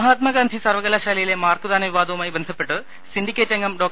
മഹാത്മാഗാന്ധി സർവകലാശാലയിലെ മാർക്കു ദാന വിപാദവുമായി ബന്ധപ്പെട്ട് സിൻഡിക്കേറ്റംഗം ഡോ